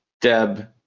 Deb